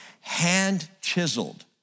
hand-chiseled